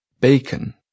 bacon